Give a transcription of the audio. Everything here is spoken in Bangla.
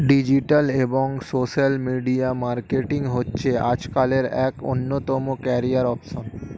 ডিজিটাল এবং সোশ্যাল মিডিয়া মার্কেটিং হচ্ছে আজকালের এক অন্যতম ক্যারিয়ার অপসন